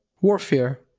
Warfare